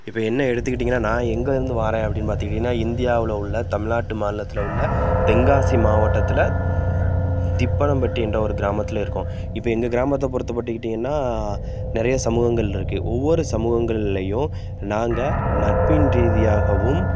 இப்போ என்ன எடுத்துக்கிட்டிங்கனா நான் எங்கேருந்து வாரேன் அப்படின்னு பார்த்துக்கிட்டிங்கனா இந்தியாவில் உள்ள தமிழ்நாட்டு மாநிலத்தில் உள்ள தென்காசி மாவட்டத்தில் திப்பணம்பட்டி என்ற ஒரு கிராமத்தில் இருக்கோம் இப்போ எங்கள் கிராமத்தப் பொருத்தப்பட்டுக்கிட்டிங்கனா நிறைய சமூகங்கள் இருக்கு ஒவ்வொரு சமூகங்கள்லையும் நாங்கள் நட்பின் ரீதியாகவும்